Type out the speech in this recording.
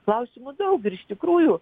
klausimį daug ir iš tikrųjų